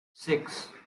six